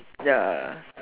ya